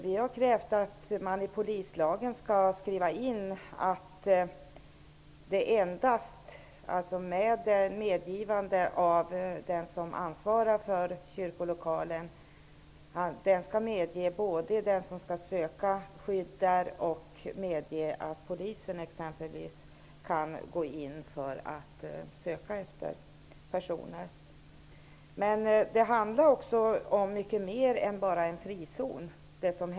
Vi har krävt att det i polislagen skall skrivas in att det endast är den som ansvarar för kyrkolokalen som kan medge att personer får söka skydd där och medge att polis kan gå in där för att söka efter personer. Det som hände i Alsike handlar om mycket mer än bara en frizon.